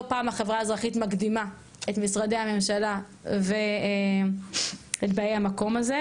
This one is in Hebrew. לא פעם החברה האזרחית מקדימה את משרדי הממשלה ואת באי המקום הזה,